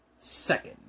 Second